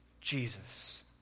Jesus